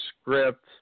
script